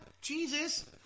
Jesus